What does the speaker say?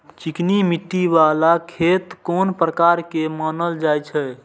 चिकनी मिट्टी बाला खेत कोन प्रकार के मानल जाय छै?